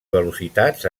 velocitats